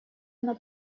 она